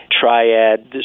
triad